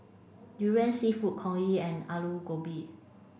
durian seafood Congee and Aloo Gobi